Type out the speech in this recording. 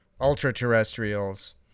ultra-terrestrials